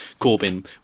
Corbyn